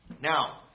Now